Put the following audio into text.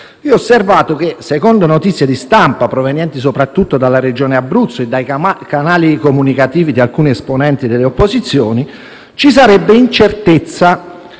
ho osservato che, secondo notizie di stampa provenienti soprattutto dalla Regione Abruzzo e dai canali comunicativi di alcuni esponenti delle opposizioni, ci sarebbe incertezza